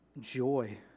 joy